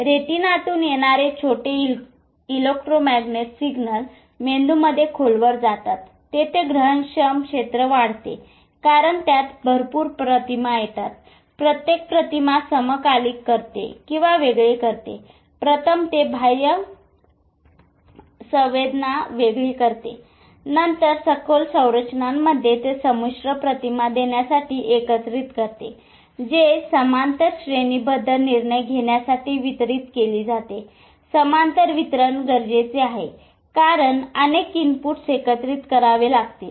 रेटिनातून येणारे छोटे electromagnet signal मेंदूमध्ये खोलवर जातात तेथे ग्रहणक्षम क्षेत्र वाढते कारण त्यात भरपूर प्रतिमा येतात प्रत्येक प्रतिमा समाकलित करते किंवा वेगळे करते प्रथम ते बाह्य संवेदना वेगळे करते नंतर सखोल संरचनांमध्ये ते संमिश्र प्रतिमा देण्यासाठी एकत्रित करते जे समांतर श्रेणीबद्ध निर्णय घेण्यासाठी वितरित केली जाते समांतर वितरण गरजेचे आहे कारण अनेक इनपुट्स एकत्रित करावे लागतील